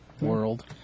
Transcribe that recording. world